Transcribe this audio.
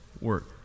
work